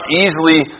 easily